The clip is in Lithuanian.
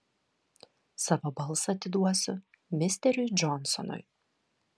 savo balsą atiduosiu misteriui džonsonui